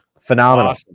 Phenomenal